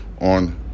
on